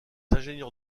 ingénieurs